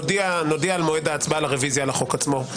נודיע על מועד ההצבעה על הרביזיה על החוק עצמו,